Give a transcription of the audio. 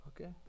Okay